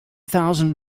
thousand